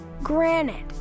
granite